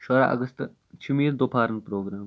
شُرہ اَگست چھُ مےٚ یہِ دُپھرَس پروگرام